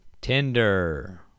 Tinder